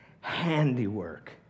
handiwork